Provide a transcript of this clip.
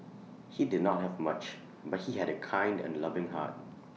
he did not have much but he had A kind and loving heart